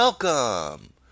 Welcome